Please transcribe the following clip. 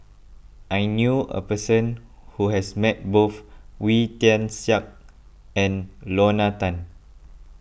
I knew a person who has met both Wee Tian Siak and Lorna Tan